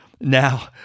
Now